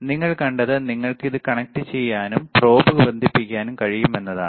നിങ്ങൾ കണ്ടത് നിങ്ങൾക്ക് ഇത് കണക്റ്റുചെയ്യാനും prob ബന്ധിപ്പിക്കാനും കഴിയും എന്നതാണ്